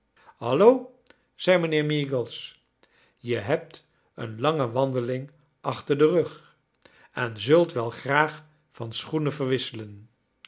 allo zei mijnheer meagles je hebt een lange wandeling achter den rug en zult wel graag van sohoenen verwisselen